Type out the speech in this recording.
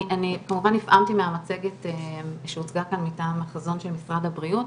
אני כמובן נפעמתי מהמצגת שהוצגה כאן מטעם החזון של משרד הבריאות.